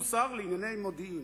הוא שר לענייני מודיעין.